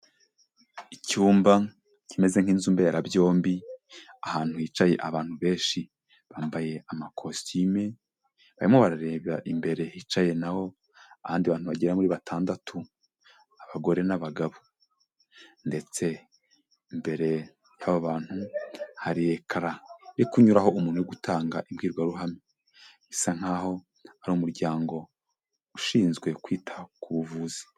Icyumba kimeze nk'inzu mberabyombi, ahantu hicaye abantu benshi. Bambaye amakositime, barimo barareba imbere hicaye naho abandi bantu bagera muri batandatu. Abagore n'abagabo. Ndetse imbere yaba bantu hari ekara, iri kunyuraho umuntu uri gutanga imbwirwaruhame. Bisa nkaho ari umuryango ushinzwe kwita ku buvuzi.